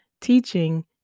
teaching